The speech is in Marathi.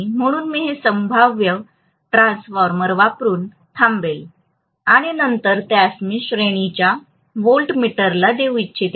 म्हणून मी हे संभाव्य ट्रान्सफॉर्मर वापरुन थांबेल आणि नंतर त्यास कमी श्रेणीच्या व्होल्टमीटरला देऊ इच्छितो